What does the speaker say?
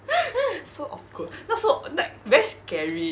so awkward not so like very scary